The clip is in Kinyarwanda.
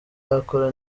yakora